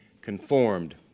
conformed